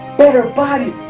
better body.